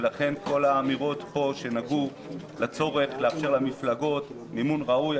ולכן כל האמירות פה שנגעו לצורך לאפשר למפלגות מימון ראוי,